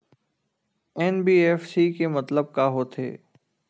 NBFC के मतलब का होथे?